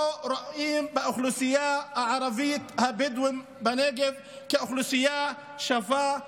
לא רואות באוכלוסיית הערבית הבדואית בנגב אוכלוסייה שווה,